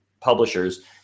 publishers